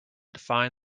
define